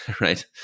right